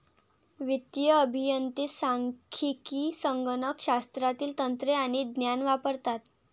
वित्तीय अभियंते सांख्यिकी, संगणक शास्त्रातील तंत्रे आणि ज्ञान वापरतात